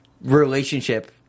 relationship